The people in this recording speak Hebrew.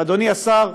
אדוני השר,